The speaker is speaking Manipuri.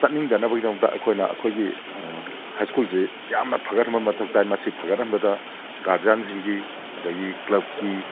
ꯆꯠꯅꯤꯡꯗꯅꯕꯒꯤꯗꯃꯛꯇ ꯑꯩꯈꯣꯏꯅ ꯑꯩꯈꯣꯏꯒꯤ ꯍꯥꯏ ꯁ꯭ꯀꯨꯜꯁꯦ ꯌꯥꯝꯅ ꯐꯒꯠꯍꯟꯕ ꯃꯊꯧ ꯇꯥꯏ ꯃꯁꯤ ꯐꯒꯠꯍꯟꯕꯗ ꯒꯥꯔꯖꯤꯌꯥꯟꯁꯤꯡꯒꯤ ꯑꯗꯒꯤ ꯀ꯭ꯂꯞꯀꯤ